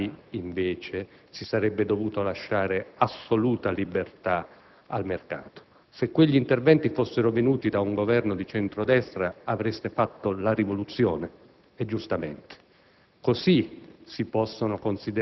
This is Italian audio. in ambiti nei quali invece si sarebbe dovuto lasciare assoluta libertà al mercato. Se quegli interventi fossero venuti da un Governo di centro-destra avreste fatto la rivoluzione, e giustamente.